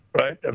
right